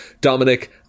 Dominic